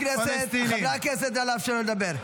--- חברי הכנסת, נא לאפשר לו לדבר.